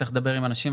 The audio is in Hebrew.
צריך לדבר עם אנשים,